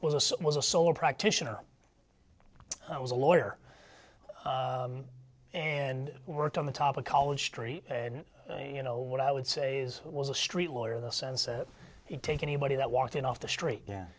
was a was a sole practitioner i was a lawyer and worked on the top of college street and you know what i would say is was a street lawyer in the sense of take anybody that walked in off the street yeah